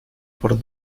por